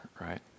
right